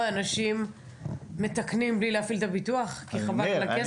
אנשים מתקנים בלי להפעיל את הביטוח כי חבל על הכסף?